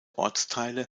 ortsteile